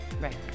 Right